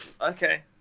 Okay